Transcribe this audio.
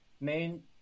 main